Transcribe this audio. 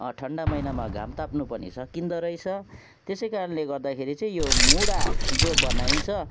ठन्डा महिनामा घाम ताप्नु पनि सकिँदो रहेछ त्यसै कारणले गर्दाखेरि चाहिँ यो मुढा जो बनाइन्छ